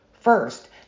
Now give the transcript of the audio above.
first